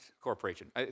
Corporation